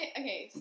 okay